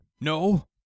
No